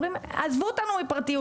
מספטמבר 2003 אני מעסיק מטפל